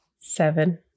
seven